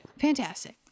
Fantastic